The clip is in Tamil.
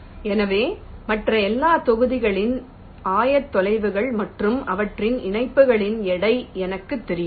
எனவே மற்ற எல்லா தொகுதிகளின் ஆயத்தொலைவுகள் மற்றும் அவற்றின் இணைப்புகளின் எடைகள் எனக்குத் தெரியும்